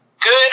Good